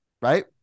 Right